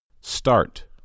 Start